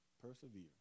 Persevere